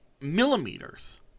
Millimeters